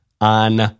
on